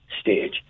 stage